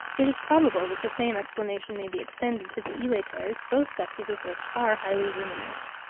it is probable that the same explanation may be extended to the elaters, both sexes of which are highly luminous.